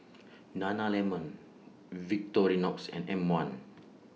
Nana Lemon Victorinox and M one